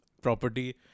property